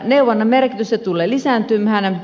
neuvonnan merkitys tulee lisääntymään